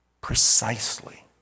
Precisely